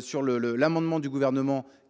sur l'amendement du gouvernement,